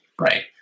right